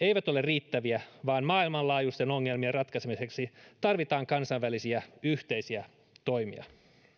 eivät ole riittäviä vaan maailmanlaajuisten ongelmien ratkaisemiseksi tarvitaan kansainvälisiä yhteisiä toimia